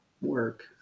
work